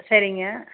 சரிங்க